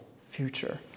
future